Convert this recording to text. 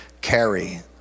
carry